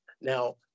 Now